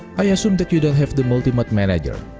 i assume that you don't have the multi-mod manager,